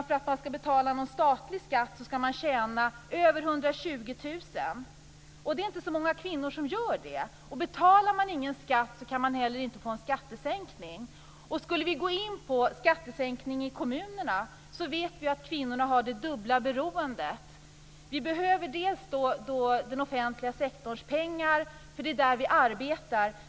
För att betala statlig skatt i dag skall man tjäna över 120 000 kr, och det är inte så många kvinnor som gör det. Om man inte betalar någon skatt kan man inte heller få någon skattesänkning. Om vi skall gå in på skattesänkning i kommunerna vet vi att kvinnorna har det dubbla beroendet. Vi behöver den offentliga sektorns pengar, eftersom det är där vi arbetar.